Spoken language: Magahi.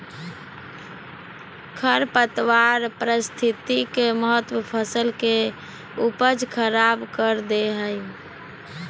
खरपतवार पारिस्थितिक महत्व फसल के उपज खराब कर दे हइ